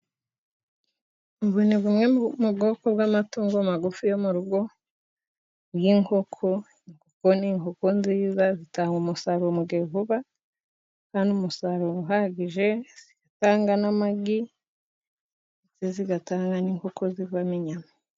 Ubu ni bumwe mu bwoko bw'amatungo magufi yo mu rugo bw'inkoko, kuko ni inkoko nziza zitanga umusaruro mu gihe vuba, kandi umusaruro uhagije. Zitanga n'amagi, zigatanga n'inkoko zivamo inyama.